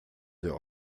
der